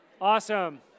awesome